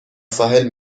ساحل